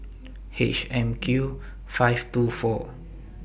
H M Q five two four